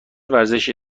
ورزش